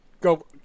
Go